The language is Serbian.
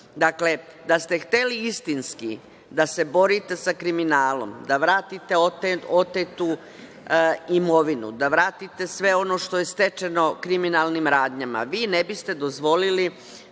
ispred. Dakle, da ste hteli istinski da se borite sa kriminalom, da vratite otetu imovinu, da vratite sve ono što je stečeno kriminalnim radnjama, vi ne biste dozvolili